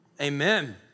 Amen